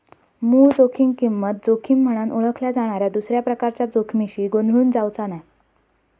मूळ जोखीम किंमत जोखीम म्हनान ओळखल्या जाणाऱ्या दुसऱ्या प्रकारच्या जोखमीशी गोंधळून जावचा नाय